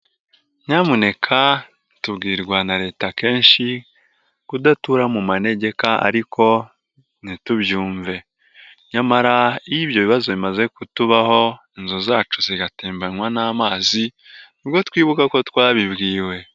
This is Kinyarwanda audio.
Nyamuneka tubwirwa na Leta kenshi kudatura mu manegeka ariko ntitubyumve. Nyamara iyo ibyo bibazo bimaze kutubaho, inzu zacu zigatembanywa n'amazi ni bwo twibuka ko twabibwiwe.